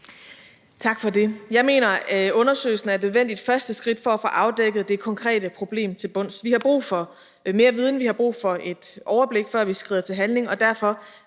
Tak for det. Jeg mener, at undersøgelsen er et nødvendigt første skridt for at få afdækket det konkrete problem til bunds. Vi har brug for mere viden, vi har brug for et overblik, før vi skrider til handling, og derfor